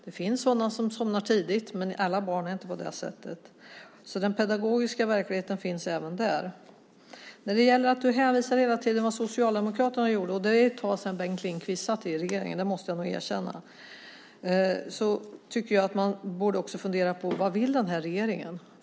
Det finns sådana som somnar tidigt, men alla barn är inte på det sättet. Den pedagogiska verkligheten finns alltså även där. När du hela tiden hänvisar till vad Socialdemokraterna gjorde - det är ett tag sedan Bengt Lindqvist satt i regeringen, måste jag erkänna - tycker jag att man också borde fundera på vad den här regeringen vill.